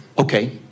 Okay